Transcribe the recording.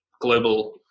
global